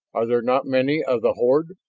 are there not many of the horde?